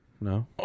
No